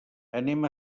anem